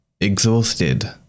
exhausted